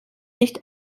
nicht